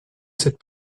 cette